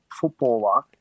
footballer